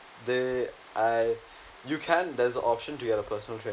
they I you can there's a option to get a personal trainer